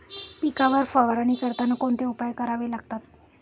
पिकांवर फवारणी करताना कोणते उपाय करावे लागतात?